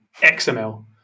XML